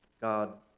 God